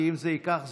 כי אם זה ייקח זמן,